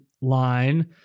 line